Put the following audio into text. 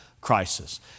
crisis